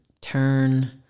turn